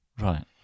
Right